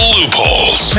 Loopholes